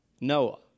Noah